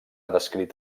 descrit